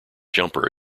jumper